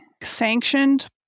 sanctioned